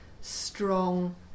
strong